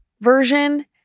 version